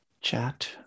chat